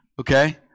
Okay